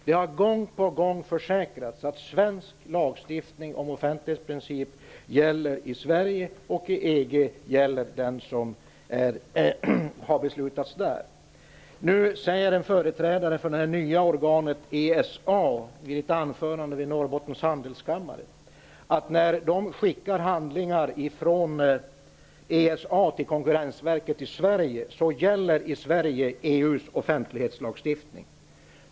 Det har gång på gång försäkrats att svensk lagstiftning om offentlighetsprincip gäller i Sverige, och i EG gäller den som har beslutats där. Nu säger en företrädare för det nya organet ESA i ett anförande vid Norrbottens handelskammare att när de skickar handlingar från ESA till Konkurrensverket i Sverige så gäller i Sverige EU:s offentlighetslagstiftning.